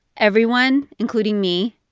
everyone, including me,